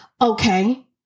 Okay